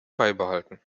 beibehalten